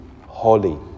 holy